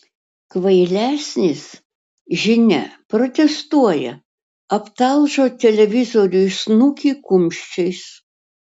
kvailesnis žinia protestuoja aptalžo televizoriui snukį kumščiais